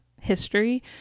history